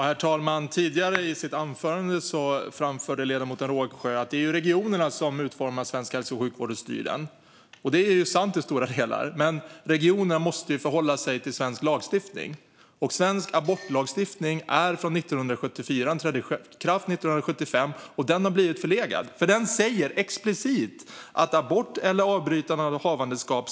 Herr talman! I sitt anförande tidigare framförde ledamoten Rågsjö att det är regionerna som utformar svensk hälso och sjukvård och styr den. Det är sant i stora delar. Men regionerna måste förhålla sig till svensk lagstiftning, och den svenska abortlagstiftningen är från 1974. Den trädde i kraft 1975, och den har blivit förlegad. Den säger nämligen explicit att "abort eller avbrytande av havandeskap .